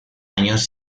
años